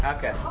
Okay